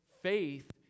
faith